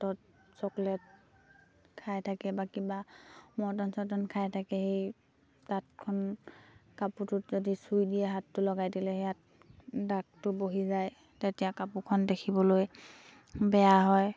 হাতত চকলেট খাই থাকে বা কিবা মৰ্টন চৰ্টন খাই থাকে সেই তাঁতখন কাপোৰটোত যদি চুই দিয়ে হাতটো লগাই দিলে সেই দাগটো বহি যায় তেতিয়া কাপোৰখন দেখিবলৈ বেয়া হয়